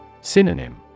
Synonym